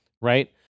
right